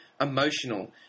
emotional